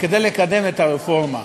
כדי לקדם את הרפורמה: